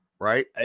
right